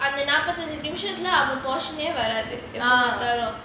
அந்த நாற்பத்தி அஞ்சு நிமிஷத்துலஅவன்:antha naarpathi anju nimishathula avan portion யே வராது:yae varaathu